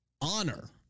honor